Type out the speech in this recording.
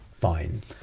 fine